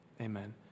amen